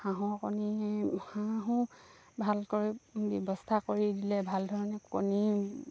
হাঁহৰ কণী হাঁহো ভালকৈ ব্যৱস্থা কৰি দিলে ভাল ধৰণে কণী